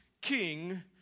king